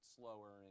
slower